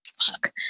fuck